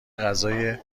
غذای